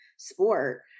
sport